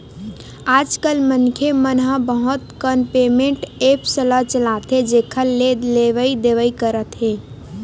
आजकल मनखे मन ह बहुत कन पेमेंट ऐप्स ल चलाथे जेखर ले लेवइ देवइ करत हे